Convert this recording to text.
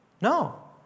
No